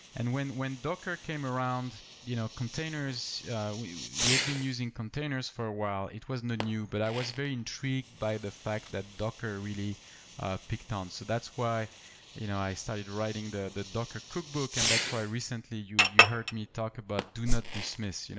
and when when docker came around, you know containers we we had been using containers for a while. it wasn't new, but i was very intrigued by the fact that docker really picked on. so that's why you know i started writing the the docker cookbook. and that's why, recently, you you heard me talk about do not dismiss. you know